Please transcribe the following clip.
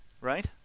right